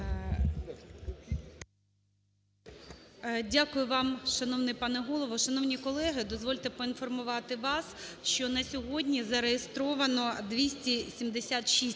Дякую вам, шановний пане Голово. Шановні колеги, дозвольте поінформувати вас, що на сьогодні зареєстровано 276